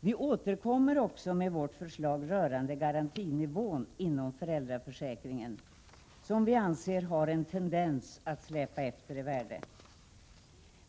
Vi återkommer också med vårt förslag rörande garantinivån inom föräldraförsäkringen, som vi anser har en tendens att släpa efter i värde.